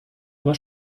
aber